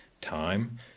time